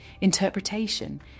interpretation